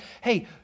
hey